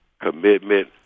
commitment